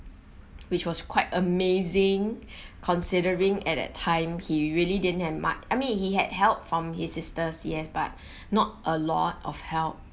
which was quite amazing considering at that time he really didn't have much I mean he had help from his sisters yes but not a lot of help